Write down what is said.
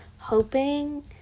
Hoping